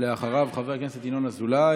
אחריו, חבר הכנסת ינון אזולאי,